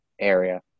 area